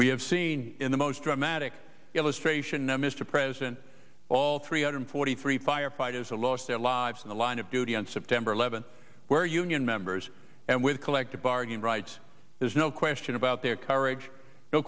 we have seen in the most dramatic illustration of mr president all three hundred forty three firefighters lost their lives in the line of duty on september eleventh were union members and with collective bargaining rights there's no question about their courage no